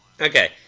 Okay